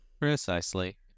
Precisely